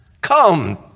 come